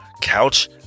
couch